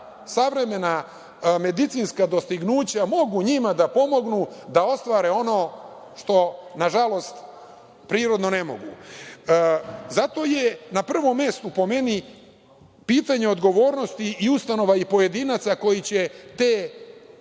savremena medicinska dostignuća mogu njima da pomognu da ostvare ono što, nažalost, prirodno ne mogu. Zato je na prvom mestu, po meni, pitanje odgovornosti i ustanova i pojedinaca koji će te